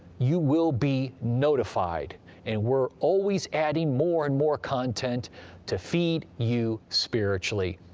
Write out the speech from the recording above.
you will be notified and we're always adding more and more content to feed you spiritually.